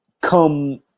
come